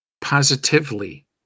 Positively